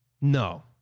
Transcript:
No